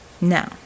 Now